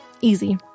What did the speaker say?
Easy